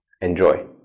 Enjoy